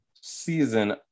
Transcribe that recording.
season